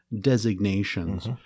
designations